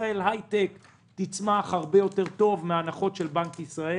ישראל היא מדינת הייטק והיא תצמח הרבה יותר טוב מההנחות של בנק ישראל